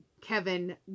Kevin